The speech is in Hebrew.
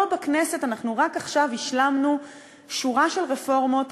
פה בכנסת רק עכשיו השלמנו שורה של רפורמות,